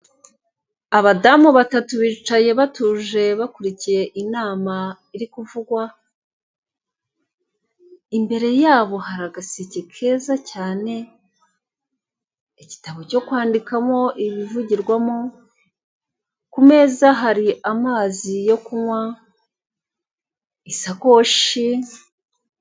Abadamu batatu bicaye batuje bakurikiye inama irikuvugwa, imbere y'abo hari agaseke keza cyane, igitabo cyo kwandikamo. Ku meza hari amazi yo kunywa isakoshi